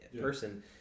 person